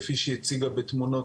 כפי שהציגה בתמונות,